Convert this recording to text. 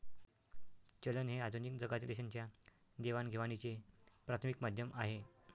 चलन हे आधुनिक जगातील देशांच्या देवाणघेवाणीचे प्राथमिक माध्यम आहे